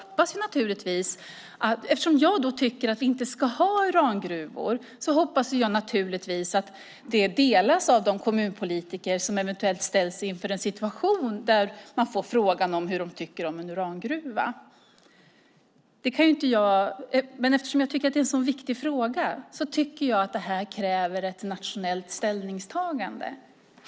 Eftersom jag tycker att vi inte ska ha urangruvor hoppas jag naturligtvis att den åsikten delas av de kommunpolitiker som eventuellt ställs inför frågan vad de tycker om en urangruva. Då jag tycker att det är en så pass viktig fråga anser jag att det kräver ett nationellt ställningstagande.